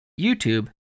YouTube